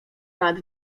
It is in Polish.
nad